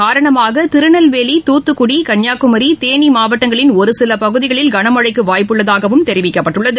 காரணமாக திருநெல்வேலி தூத்துக்குடி கன்னியாகுமரி தேனிமாவட்டங்களின் இதன் ஒருசிலபகுதிகளில் கன்மழைக்குவாய்ப்பு உள்ளதாகவும் தெரிவிக்கப்பட்டுள்ளது